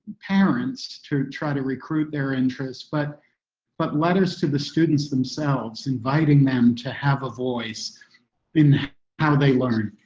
parents, to try to recruit their interests, but but letters to the students themselves, inviting them to have a voice in how they learn.